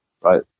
right